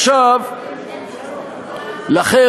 לכן,